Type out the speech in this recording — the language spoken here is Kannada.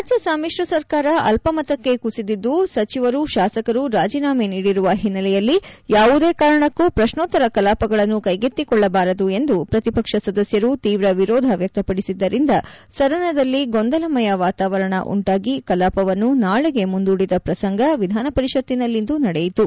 ರಾಜ್ಯ ಸಮ್ಮಿಶ್ರ ಸರ್ಕಾರ ಅಲ್ಪಮತಕ್ಕೆ ಕುಸಿದ್ದು ಸಚಿವರು ಶಾಸಕರು ರಾಜೀನಾಮೆ ನೀಡಿರುವ ಹಿನ್ನಲೆಯಲ್ಲಿ ಯಾವುದೇ ಕಾರಣಕ್ಕೂ ಪ್ರಶ್ನೋತ್ತರ ಕಲಾಪಗಳನ್ನು ಕೈಗೆತ್ತಿಕೊಳ್ಳಬಾರದು ಎಂದು ಪ್ರತಿಪಕ್ಷ ಸದಸ್ಯರು ತೀವ್ರ ವಿರೋಧ ವ್ಯಕ್ತಪಡಿಸಿದ್ದರಿಂದ ಸದನದಲ್ಲಿ ಗೊಂದಲಮಯ ವಾತಾವರಣ ಉಂಟಾಗಿ ಕಲಾಪವನ್ನು ನಾಳೆಗೆ ಮುಂದೂಡಿದ ಪ್ರಸಂಗ ವಿಧಾನಪರಿಷತ್ತಿನಲ್ಲಿಂದು ನಡೆಯಿತು